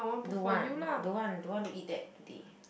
don't want don't want don't want to eat that today